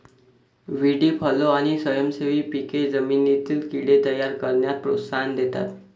व्हीडी fallow आणि स्वयंसेवी पिके जमिनीतील कीड़े तयार करण्यास प्रोत्साहन देतात